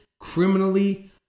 criminally